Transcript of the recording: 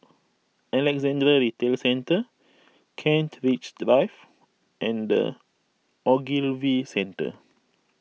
Alexandra Retail Centre Kent Ridge Drive and the Ogilvy Centre